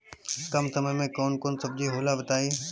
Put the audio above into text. कम समय में कौन कौन सब्जी होला बताई?